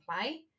play